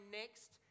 next